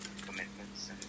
commitments